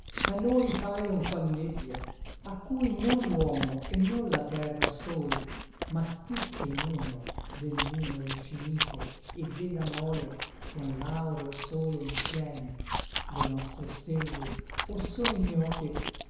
ch'a noi paion qual nebbia a cui non l'uomo e non la terra sol ma tutte in uno del numero infinite e della mole con l'aureo sole insiem le nostre stelle o sono ignote